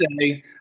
say